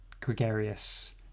gregarious